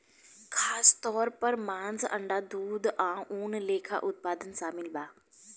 खासतौर पर मांस, अंडा, दूध आ ऊन लेखा उत्पाद शामिल बा